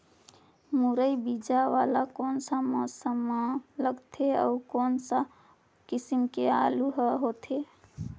मुरई बीजा वाला कोन सा मौसम म लगथे अउ कोन सा किसम के आलू हर होथे?